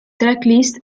tracklist